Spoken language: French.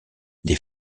les